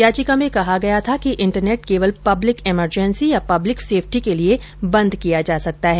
याचिका में कहा गया था कि इंटरनेट केवल पब्लिक इमरजेंसी या पब्लिक सेफ्टी के लिये बंद किया जा सकता है